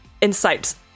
insights